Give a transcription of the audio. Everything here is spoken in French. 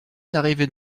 n’arrivait